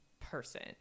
person